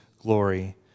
glory